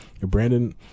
Brandon